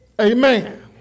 Amen